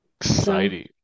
Exciting